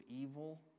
evil